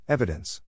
Evidence